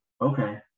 Okay